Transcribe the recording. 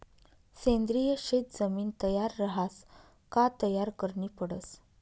सेंद्रिय शेत जमीन तयार रहास का तयार करनी पडस